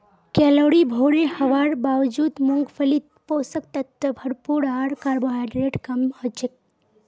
calorie भोरे हवार बावजूद मूंगफलीत पोषक तत्व भरपूर आर कार्बोहाइड्रेट कम हछेक